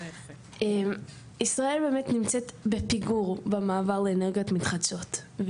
ישראל באמת נמצאת בפיגור במעבר לאנרגיות מתחדשות,